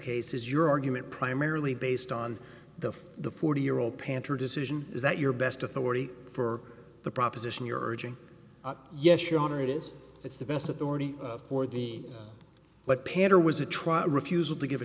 case is your argument primarily based on the the forty year old panther decision is that your best authority for the proposition your urging yes your honor it is it's the best of the already or the but pander was a trial refusal to give a